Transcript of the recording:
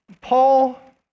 Paul